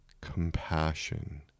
compassion